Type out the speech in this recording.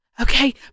Okay